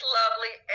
lovely